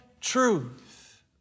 truth